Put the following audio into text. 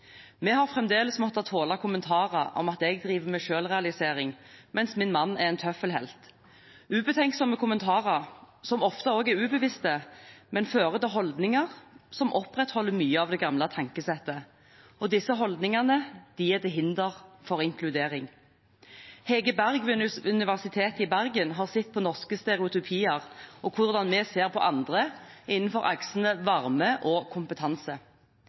vi har fremdeles en vei å gå. Fedrekvoten har vært helt avgjørende for min deltakelse i arbeidslivet, samtidig som den har gitt min mann en anledning til å være far. Vi har likevel måttet tåle kommentarer som at jeg driver med selvrealisering, mens min mann er en tøffelhelt. Ubetenksomme kommentarer, som ofte også er ubevisste, fører til holdninger som opprettholder mye av det gamle tankesettet. Disse holdningene er til hinder for inkludering. Hege